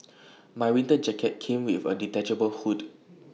my winter jacket came with A detachable hood